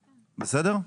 כן.